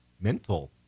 mental